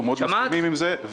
אנחנו מאוד מסכימים עם זה,